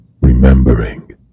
remembering